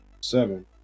seven